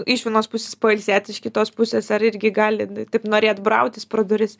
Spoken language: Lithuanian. iš vienos pusės pailsėt iš kitos pusės ar irgi gali taip norėt brautis pro duris